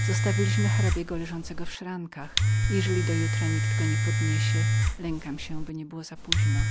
zostawiliśmy hrabiego leżącego w szrankach i jeżeli do jutra nikt go nie podniesie lękam się aby nie było za poźno